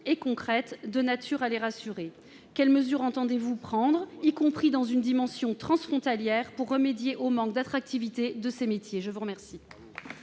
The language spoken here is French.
et concrètes de nature à les rassurer. Quelles dispositions entendez-vous prendre, y compris à une échelle transfrontalière, pour remédier au manque d'attractivité de ces métiers ?